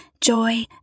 joy